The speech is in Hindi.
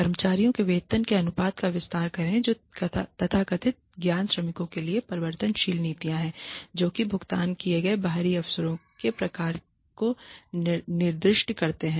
कर्मचारियों के वेतन के अनुपात का विस्तार करें जो तथाकथित ज्ञान श्रमिकों के लिए परिवर्तनशील नीतियाँ हैं जो कि भुगतान किए गए बाहरी अवसरों के प्रकारों को निर्दिष्ट करते हैं